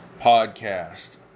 podcast